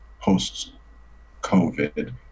post-COVID